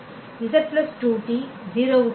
z plus 2t 0 க்கு சமம்